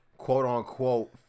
quote-unquote